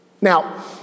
Now